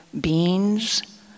beans